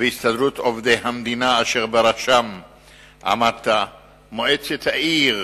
והסתדרות עובדי המדינה אשר בראשן עמדת, מועצת העיר